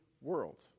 world